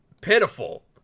pitiful